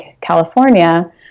California